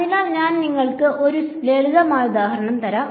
അതിനാൽ ഞാൻ നിങ്ങൾക്ക് ഒരു ലളിതമായ ഉദാഹരണം തരാം